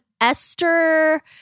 Esther